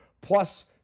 plus